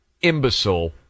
imbecile